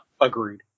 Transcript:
agreed